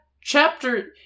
chapter